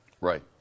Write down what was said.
Right